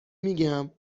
میگم